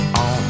on